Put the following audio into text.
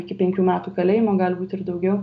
iki penkių metų kalėjimo gali būti ir daugiau